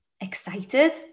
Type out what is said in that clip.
excited